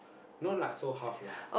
no lah so half lah